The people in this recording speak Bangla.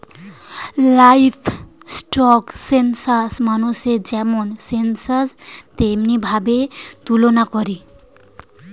লাইভস্টক সেনসাস মানুষের যেমন সেনসাস তেমনি ভাবে তুলনা করে